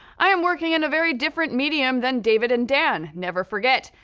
i am working in a very different medium than david and dan, never forget.